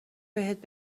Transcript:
بهت